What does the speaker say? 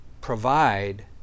provide